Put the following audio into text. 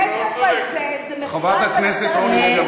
הכסף הזה --- חברת הכנסת אורלי לוי אבקסיס.